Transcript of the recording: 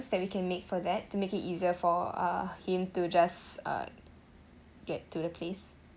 that we can make for that to make it easier for uh him to just uh get to the place